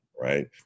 right